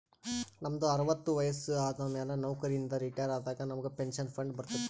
ನಮ್ದು ಅರವತ್ತು ವಯಸ್ಸು ಆದಮ್ಯಾಲ ನೌಕರಿ ಇಂದ ರಿಟೈರ್ ಆದಾಗ ನಮುಗ್ ಪೆನ್ಷನ್ ಫಂಡ್ ಬರ್ತುದ್